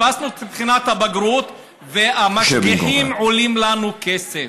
הדפסנו את בחינת הבגרות והמשגיחים עולים לנו כסף.